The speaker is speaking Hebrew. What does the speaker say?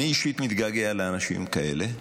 אני אישית מתגעגע לאנשים כאלה,